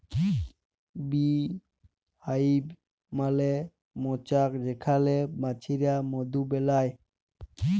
bee hive মালে মচাক যেখালে মমাছিরা মধু বেলায়